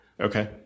Okay